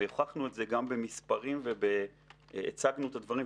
והוכחנו את זה גם במספרים והצגנו את הדברים,